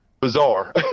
bizarre